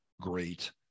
great